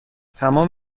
تمام